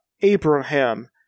Abraham